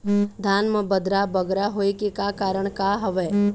धान म बदरा बगरा होय के का कारण का हवए?